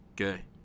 okay